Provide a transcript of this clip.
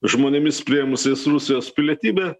žmonėmis priėmusiais rusijos pilietybę